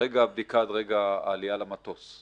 מרגע הבדיקה עד רגע העלייה למטוס.